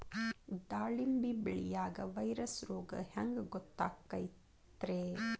ದಾಳಿಂಬಿ ಬೆಳಿಯಾಗ ವೈರಸ್ ರೋಗ ಹ್ಯಾಂಗ ಗೊತ್ತಾಕ್ಕತ್ರೇ?